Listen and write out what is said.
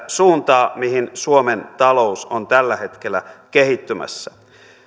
suuntaa mihin suomen talous on tällä hetkellä kehittymässä